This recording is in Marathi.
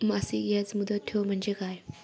मासिक याज मुदत ठेव म्हणजे काय?